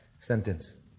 sentence